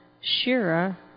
Shira